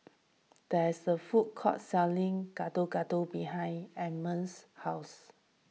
there is a food court selling Gado Gado behind Ellamae's house